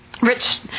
Rich